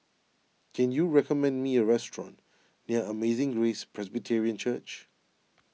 can you recommend me a restaurant near Amazing Grace Presbyterian Church